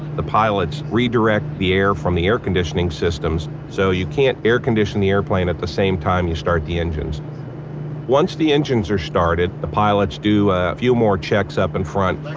the pilots redirect the air from the air conditioning systems so you can't air-condition the airplane at the same time you start the engines once the engines are started the pilots do a few more checks up and front.